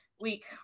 week